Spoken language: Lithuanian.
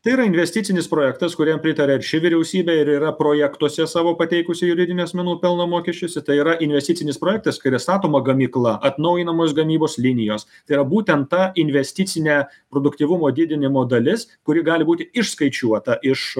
tai yra investicinis projektas kuriam pritaria ir ši vyriausybė ir yra projektuose savo pateikusi juridinių asmenų pelno mokesčiuose tai yra investicinis projektas kur yra statoma gamykla atnaujinamos gamybos linijos tai yra būtent ta investicinė produktyvumo didinimo dalis kuri gali būti išskaičiuota iš